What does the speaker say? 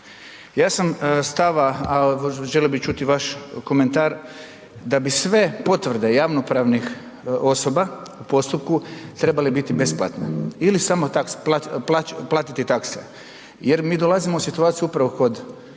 Ja sam stava ali želio bih čuti i vaš komentar da bi sve potvrde javnopravnih osoba u postupku trebale biti besplatne ili samo take, platiti takse. Jer mi dolazimo u situaciju upravo kod